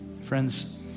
Friends